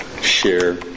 share